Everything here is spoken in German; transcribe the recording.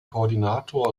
koordinator